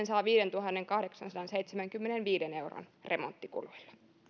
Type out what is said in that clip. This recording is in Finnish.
saa viidentuhannenkahdeksansadanseitsemänkymmenenviiden euron remonttikuluilla